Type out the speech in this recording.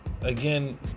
again